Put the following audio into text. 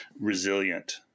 resilient